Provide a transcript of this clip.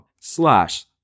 slash